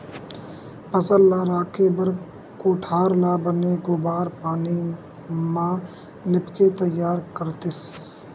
फसल ल राखे बर कोठार ल बने गोबार पानी म लिपके तइयार करतिस